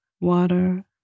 water